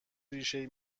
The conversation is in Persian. ریشهای